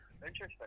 Interesting